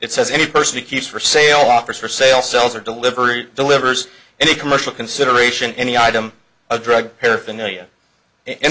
it says any person accused for sale office for sale sells or delivery delivers any commercial consideration any item of drug paraphernalia and the